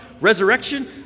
resurrection